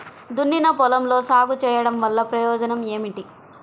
దున్నిన పొలంలో సాగు చేయడం వల్ల ప్రయోజనం ఏమిటి?